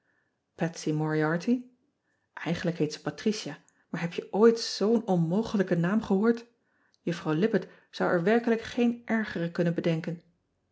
ze atricia maar heb je ooit zoo n onmogelijken naam gehoord uffrouw ippett zou er werkelijk geen ergere kunnen bedenken